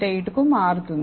88 కు మారుతుంది